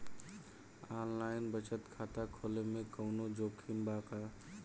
Online बचत खाता खोले में कवनो जोखिम बा का?